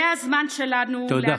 זה הזמן שלנו, תודה, חוה.